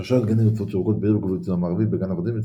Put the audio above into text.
ושרשרת גנים ו"רצועות ירוקות" בעיר וגובל בצידו המערבי בגן הוורדים,